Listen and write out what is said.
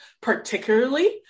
particularly